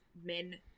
men